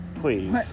please